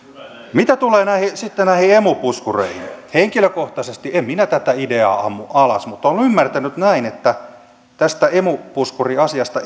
mitä tulee sitten näihin emu puskureihin henkilökohtaisesti en minä tätä ideaa ammu alas mutta olen ymmärtänyt näin että tästä emu puskuriasiasta